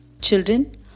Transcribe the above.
Children